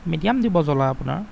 medium দিব জ্বলা আপোনাৰ